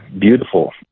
beautiful